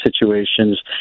situations